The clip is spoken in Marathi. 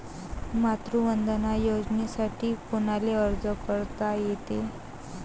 मातृवंदना योजनेसाठी कोनाले अर्ज करता येते?